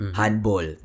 handball